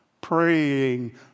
Praying